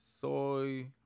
Soy